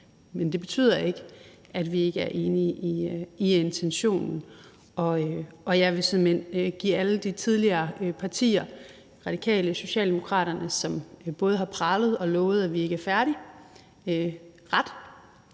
Men det betyder ikke, at vi ikke er enige i intentionen, og jeg vil såmænd give alle de tidligere partier – Radikale, Socialdemokraterne – som både har pralet og lovet, at vi ikke er færdige, ret.